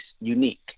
unique